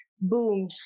boom